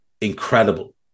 incredible